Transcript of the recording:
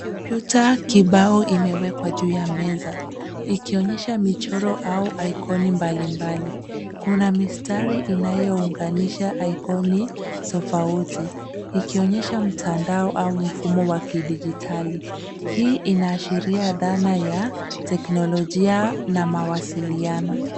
Kompyuta kibao imewekwa juu ya meza ikionyesha michoro au aikoni mbalimbali. Kuna mistari inayounganisha aikoni tofauti, ikionyesha mtandao au mfumo wa kidijitali. Hii inaashiria dhana ya teknolojia na mawasiliano.